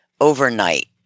overnight